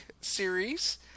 series